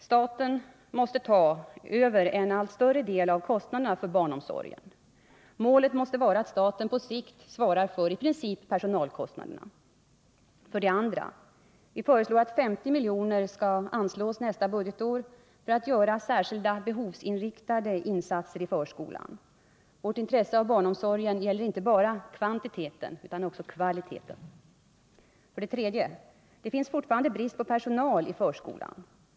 Staten måste ta över en allt större del av kostnaderna för barnomsorgen. Målet bör var att staten på sikt skall svara för, i princip, personalkostnaderna. 2. Vi föreslår att 50 milj.kr. skall anslås nästa budgetår för att göra särskilda behovsorienterade insatser i förskolan. Vårt intresse av barnomsorgen gäller inte bara kvantiteten utan också kvaliteten. 3. Det finns fortfarande brist på personal i förskolan.